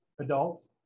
Adults